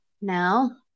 now